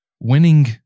winning